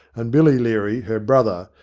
and billy leary, her brother,